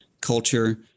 culture